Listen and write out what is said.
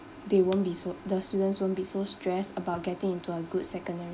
they won't be so the students won't be so stressed about getting into a good secondary